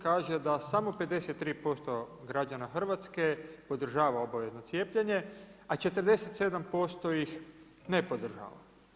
Kaže da samo 53% građana Hrvatske podržava obavezno cijepljenje a 47% ih ne podržava.